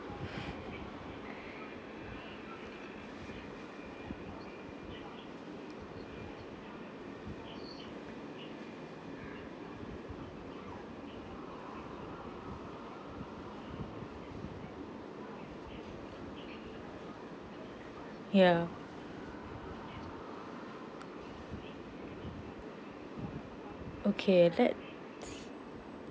ya okay let's